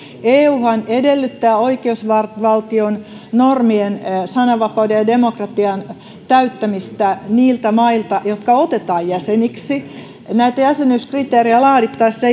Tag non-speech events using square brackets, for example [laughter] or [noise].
euhan edellyttää oikeusvaltion normien sananvapauden ja demokratian täyttämistä niiltä mailta jotka otetaan jäseniksi näitä jäsenyyskriteerejä laadittaessa [unintelligible]